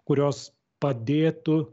kurios padėtų